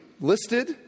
listed